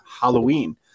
Halloween